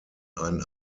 ein